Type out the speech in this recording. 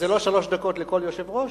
זה לא שלוש דקות לכל יושב-ראש?